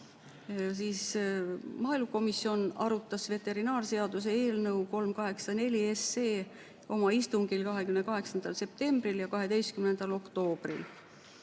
kätes. Maaelukomisjon arutas veterinaarseaduse eelnõu 384 oma istungil 28. septembril ja 12. oktoobril.